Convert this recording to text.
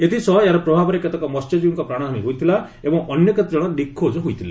ଏଥିସହ ଏହାର ପ୍ରଭାବରେ କେତେକ ମହ୍ୟଜୀବୀଙ୍କ ପ୍ରାଣହାନୀ ହୋଇଥିଲା ଏବଂ ଅନ୍ୟ କେତେ ଜଣ ନିଖୋଜ ହୋଇଥିଲେ